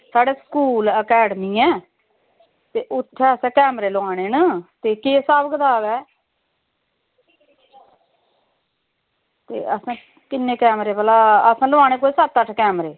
साढ़ा school academy ऐ ते उत्थें असैं कैमरे लोआनें न ते केह् हिसाब कताब ऐ ते किन्नें भला असैं लोआने कोई सत्त अट्ठ कैमरे